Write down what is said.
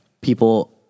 People